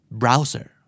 browser